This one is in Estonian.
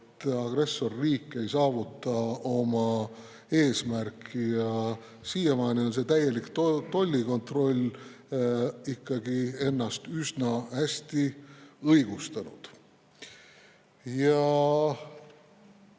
agressorriik ei saavuta oma eesmärki. Siiamaani on see täielik tollikontroll ikkagi ennast üsna hästi õigustanud. Ja